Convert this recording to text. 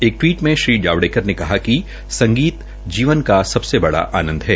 एक टवीट में श्री जावड़ेकर ने कहा कि संगीत जीवन का सबसे बड़ा आनंद है